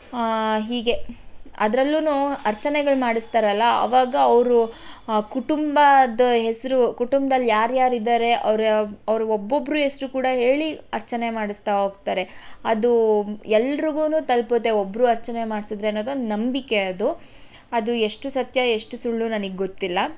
ಹೀಗೆ ಅದ್ರಲ್ಲು ಅರ್ಚನೆಗಳು ಮಾಡಿಸ್ತಾರಲ್ಲ ಆವಾಗ ಅವರು ಕುಟುಂಬದ ಹೆಸರು ಕುಟುಂಬ್ದಲ್ಲಿ ಯಾರು ಯಾರು ಇದ್ದಾರೆ ಅವರ ಅವ್ರ ಒಬ್ಬೊಬ್ಬರ ಹೆಸ್ರು ಕೂಡ ಹೇಳಿ ಅರ್ಚನೆ ಮಾಡಿಸ್ತಾ ಹೋಗ್ತರೆ ಅದು ಎಲ್ರುಗೂ ತಲುಪುತ್ತೆ ಒಬ್ಬರು ಅರ್ಚನೆ ಮಾಡಿಸಿದ್ರೆ ಅನ್ನೋದು ಒಂದು ನಂಬಿಕೆ ಅದು ಅದು ಎಷ್ಟು ಸತ್ಯ ಎಷ್ಟು ಸುಳ್ಳು ನನಿಗೆ ಗೊತ್ತಿಲ್ಲ